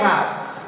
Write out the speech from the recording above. House